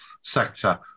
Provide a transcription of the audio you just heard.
sector